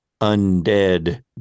undead